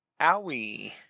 Owie